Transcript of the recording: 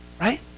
right